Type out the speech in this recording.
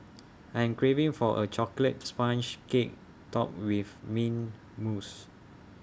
I am craving for A Chocolate Sponge Cake Topped with Mint Mousse